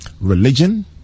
religion